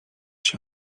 się